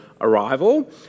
arrival